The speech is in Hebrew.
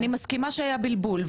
אני מסכימה שהיה בלבול,